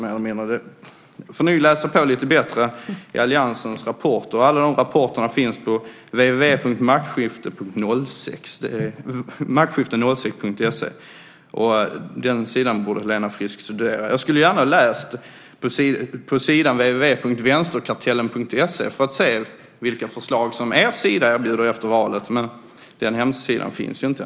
Hon får nog läsa på lite bättre i alliansens rapporter. Alla de rapporterna finns på www.maktskifte06.se, och den sidan borde Helena Frisk studera. Jag skulle gärna ha läst på sidan www.vänsterkartellen.se för att se vilka förslag ni erbjuder efter valet, men den sidan finns inte.